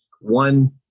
One